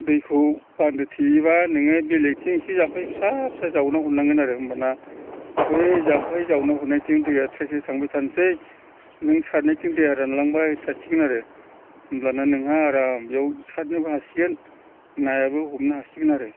दैखौ बान्दो थेयोब्ला नोङो बेलेकथिं एसे जाम्फै फिसा फिसा जावना हरनांगोन आरो होमबाना बै जाम्फै जावना हरनायथिं दैया स्राय स्राय थांबाय थानोसै नों सारनायथिं दैया रानलांबाय थासिगोन आरो होमब्लाना नोंहा आराम बेयाव सारनोबो हासिगोन नायाबो हमनो हासिगोन आरो